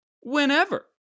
whenever